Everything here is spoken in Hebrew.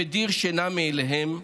שמדיר שינה מעיניהם,